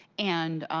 and